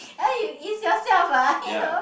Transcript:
!aiyo! it's yourself ah !aiyo!